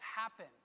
happen